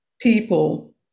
people